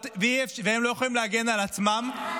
והם לא יכולים להגן על עצמם,